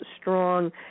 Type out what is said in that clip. strong